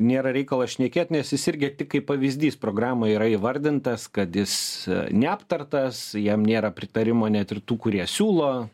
nėra reikalo šnekėt nes jis irgi tik kaip pavyzdys programoj yra įvardintas kad jis neaptartas jam nėra pritarimo net ir tų kurie siūlo